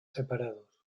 separados